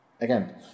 Again